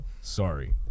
Sorry